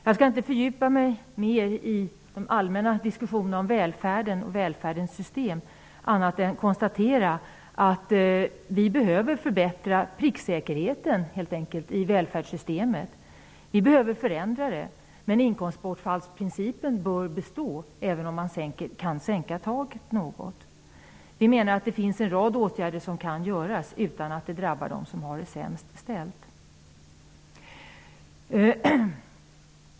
Jag skall inte fördjupa mig mer i de allmänna diskussionerna om välfärden och välfärdens system annat än att konstatera att vi helt enkelt behöver förbättra pricksäkerheten i välfärdssystemet. Vi behöver förändra systemet, men inkomstbortfallsprincipen bör bestå, även om taket kan sänkas något. Vi menar att det finns en rad åtgärder som kan vidtas utan att det drabbar dem som har det sämst ställt.